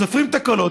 סופרים את הקולות.